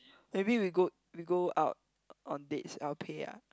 maybe we go we go out on dates I'll pay lah